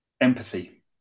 Empathy